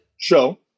show